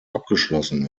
abgeschlossen